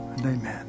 Amen